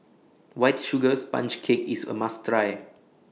White Sugar Sponge Cake IS A must Try